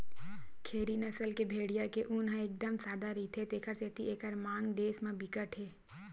खेरी नसल के भेड़िया के ऊन ह एकदम सादा रहिथे तेखर सेती एकर मांग देस म बिकट के हे